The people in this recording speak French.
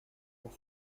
pour